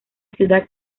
ciudad